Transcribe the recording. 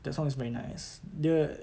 that song is very nice dia